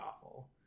awful